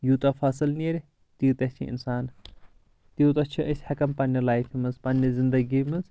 یوٗتاہ فصل نیرِ تیٖتیاہ چھِ انسان تیوٗتاہ چھِ أسۍ ہٮ۪کان پننہِ لایفہِ منٛز پننہِ زندگی منٛز